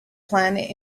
planet